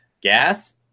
Gas